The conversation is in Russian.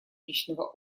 личного